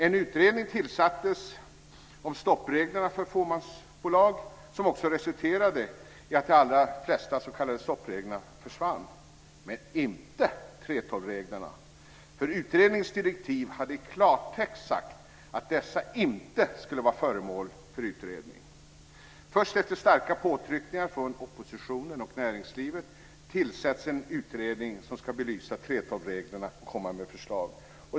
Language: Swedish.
En utredning tillsattes om stoppreglerna för fåmansbolag som också resulterade i att de allra flesta stoppreglerna försvann - men inte 3:12-reglerna, för utredningens direktiv var i klartext att dessa inte skulle vara föremål för utredning! Först efter starka påtryckningar från oppositionen och näringslivet tillsätts en utredning som ska belysa 3: 12 reglerna och komma med förslag.